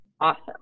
Awesome